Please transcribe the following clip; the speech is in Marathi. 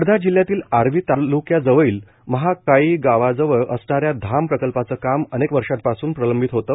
वर्धा जिल्ह्यातील आर्वी ताल्क्यामधील महाकाळी गावाजवळ असणाऱ्या धाम प्रकल्पाचे काम अनेक वर्षापासून प्रलंबित होते